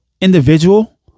individual